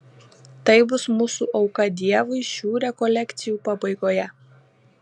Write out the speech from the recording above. tai bus mūsų auka dievui šių rekolekcijų pabaigoje